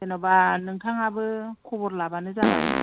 जेनबा नोंथाङाबो खबर लाबानो जाबाय